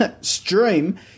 Stream